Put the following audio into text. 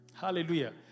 Hallelujah